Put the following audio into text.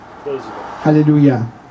hallelujah